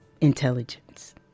intelligence